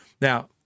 Now